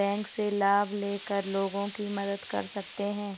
Bank से लाभ ले कर लोगों की मदद कर सकते हैं?